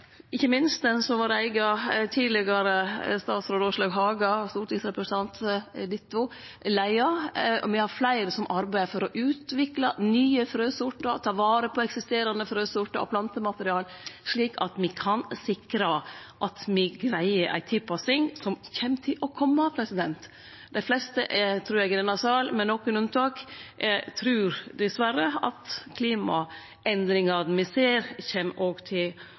ikkje minst den som vår eigen tidlegare statsråd og stortingsrepresentant Åslaug Haga leiar, og fleire andre – som arbeider for å utvikle nye frøsortar og ta vare på eksisterande frøsortar og plantemateriale, slik at me kan sikre at me greier den tilpassinga som kjem til å kome. Dei fleste, trur eg, i denne salen – med nokre unnatak – trur dessverre at klimaendringane me ser, er noko me må leve med og